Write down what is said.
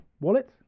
Wallet